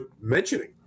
mentioning